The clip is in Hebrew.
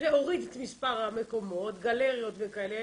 להוריד את מספר המקומות, גלריות וכאלה.